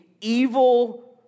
evil